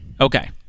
Okay